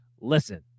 Listen